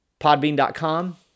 podbean.com